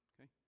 Okay